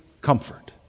comfort